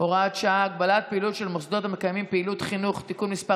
(הוראת שעה) (הגבלת פעילות של מוסדות המקיימים פעילות חינוך) (תיקון מס'